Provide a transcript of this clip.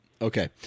Okay